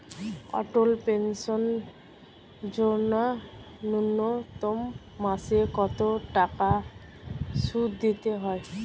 অটল pension Yojana ন্যূনতম মাসে কত টাকা সুধ দিতে হয়?